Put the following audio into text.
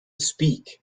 speak